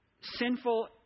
Sinful